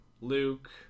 Luke